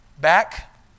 Back